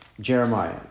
Jeremiah